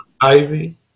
Ivy